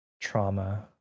trauma